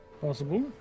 Possible